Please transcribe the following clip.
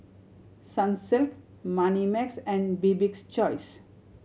Sunsilk Moneymax and Bibik's Choice